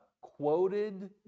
quoted